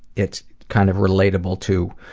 it's kind of relatable to